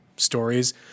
stories